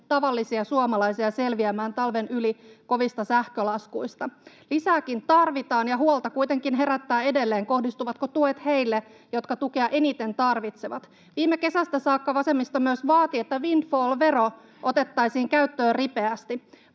tavallisia suomalaisia selviämään talven yli kovista sähkölaskuista. Lisääkin tarvitaan, ja huolta kuitenkin herättää edelleen, kohdistuvatko tuet heille, jotka tukea eniten tarvitsevat. Viime kesästä saakka vasemmisto myös vaati, että windfall-vero otettaisiin käyttöön ripeästi.